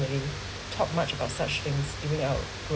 didn't talk much about such things in our growing